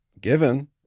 given